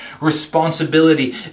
responsibility